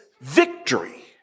victory